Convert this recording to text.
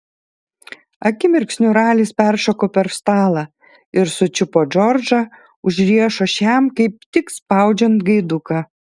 akimirksniu ralis peršoko per stalą ir sučiupo džordžą už riešo šiam kaip tik spaudžiant gaiduką